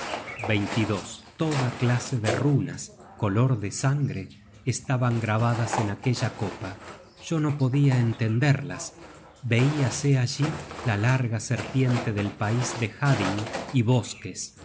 reconciliacion toda clase de runas color desangre estaban grabadas en aquella copa yo no podia entenderlas veíase allí la larga serpiente del pais de hadding y bosques